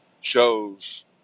shows